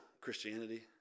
Christianity